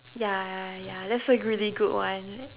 ya ya ya that's a really good one